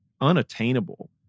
unattainable